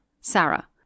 Sarah